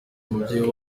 umubyeyi